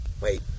Wait